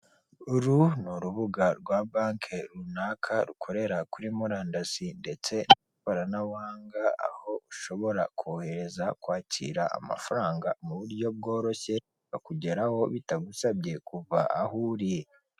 Uru ni urubuga rwa banki runaka rukorera kuri murandasi ndetse n'ikoranabuhsnga aho ushobora kohereza kwakira amafaranga mu buryo bworoshye akakugeraho bitagusabye kuva aho uri.